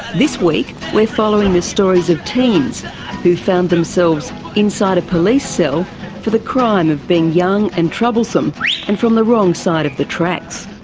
this week we're following the stories of teens who found themselves inside a police cell so for the crime of being young and troublesome and from the wrong side of the tracks.